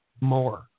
more